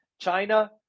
china